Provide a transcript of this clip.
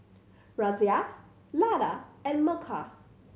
Razia Lata and Milkha